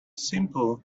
simple